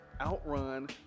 Outrun